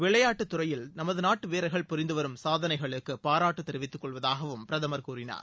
விளையாட்டுத் துறையில் நமது நாட்டு வீரர்கள் புரிந்து வரும் சாதனைகளுக்கு பாராட்டுத் தெரிவித்துக் கொள்வதாகவும் அவர் கூறினார்